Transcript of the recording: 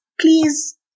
please